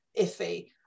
iffy